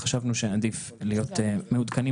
חשבנו שעדיף להיות כמה שיותר מעודכנים